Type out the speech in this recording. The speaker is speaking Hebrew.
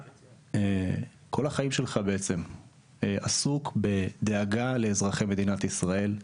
כל החיים שלך אתה עסוק בדאגה לאזרחי מדינת ישראל,